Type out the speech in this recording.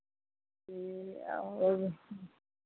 ह्म्म और